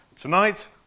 Tonight